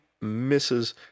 misses